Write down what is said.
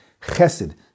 Chesed